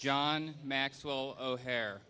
john maxwell o'hare